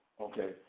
okay